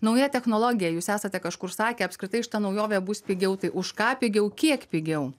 nauja technologija jūs esate kažkur sakę apskritai šita naujovė bus pigiau tai už ką pigiau kiek pigiau